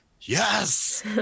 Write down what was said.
yes